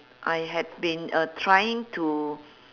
I had been uh trying to